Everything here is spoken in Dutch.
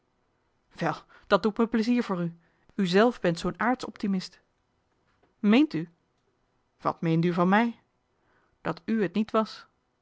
wel dat doet me pleizier voor u u zelf bent zoo'n aartsoptimist meent u wat meende u van mij dat u het niet was